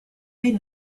made